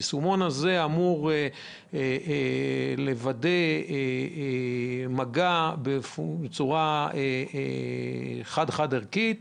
היישומון הזה אמור לוודא מגע בצורה חד-חד-ערכית,